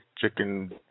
chicken